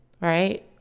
right